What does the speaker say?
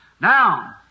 Now